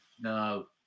no